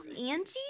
Angie